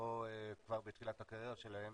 או כבר בתחילת הקריירה שלהם,